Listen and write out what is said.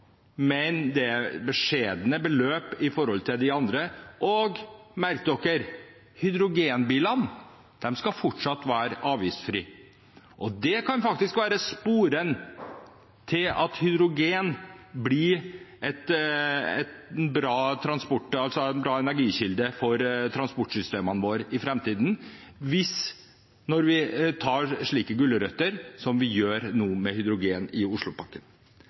men det er beskjedne beløp i forhold til de andre – og merk dere: hydrogenbilene skal fortsatt være avgiftsfrie. Det kan faktisk være en spore til at hydrogen blir en bra energikilde for transportsystemene våre i framtiden, når vi bruker slik gulrot som vi nå gjør for hydrogenbiler i Oslopakken.